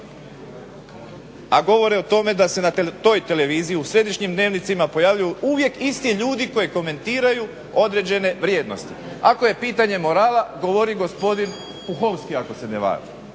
a govore o tome da se na toj televiziji u središnjim dnevnicima pojavljuju uvijek isti ljudi koji komentiraju određene vrijednosti. Ako je pitanje morala govori gospodin PUhovski ako se ne varam,